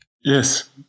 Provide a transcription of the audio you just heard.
Yes